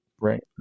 right